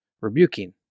rebuking